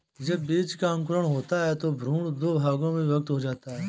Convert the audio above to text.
जब बीज का अंकुरण होता है तो भ्रूण दो भागों में विभक्त हो जाता है